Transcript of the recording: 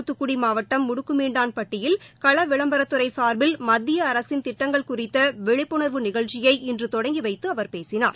துத்துக்குடி மாவட்டம் முடுக்குமீண்டான் பட்டியில் கள விளம்பரத்துறை சாா்பில் மத்திய அரசின் திட்டங்கள் குறித்த விழிப்புணர்வு நிகழ்ச்சியை இன்று தொடங்கி வைத்து அவர் பேசினார்